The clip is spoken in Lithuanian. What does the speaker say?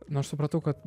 nu aš supratau kad